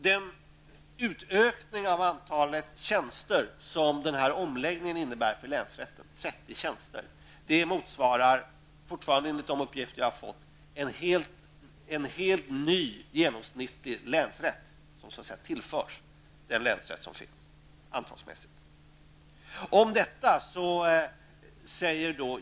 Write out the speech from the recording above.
Den utökning av antalet tjänster som den här omläggningen innebär för länsrättens del, dvs, 30 tjänster, motsvarar enligt mina uppgifter en helt ny genomsnittlig länsrätt, som så att säga tillförs den länsrätt som finns.